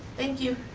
thank you.